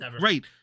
right